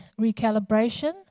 recalibration